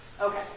Okay